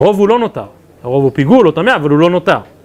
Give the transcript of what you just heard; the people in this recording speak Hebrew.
רוב הוא לא נותר, הרוב הוא פיגול או טמא, אבל הוא לא נותר